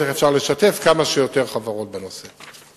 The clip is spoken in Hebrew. איך אפשר לשתף כמה שיותר חברות בנושא.